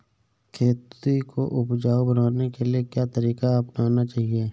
खेती को उपजाऊ बनाने के लिए क्या तरीका अपनाना चाहिए?